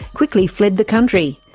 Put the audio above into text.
quickly fled the country.